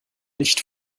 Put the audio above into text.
nicht